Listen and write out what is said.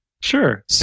Sure